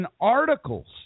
articles